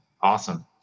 awesome